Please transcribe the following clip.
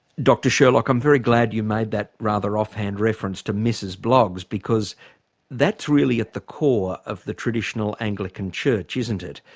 dr sherlock, i'm very glad you made that rather off-hand reference to mrs blogs, because that's really at the core of the traditional anglican church, isn't it?